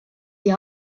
die